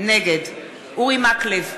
נגד אורי מקלב,